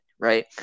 right